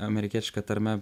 amerikietiška tarme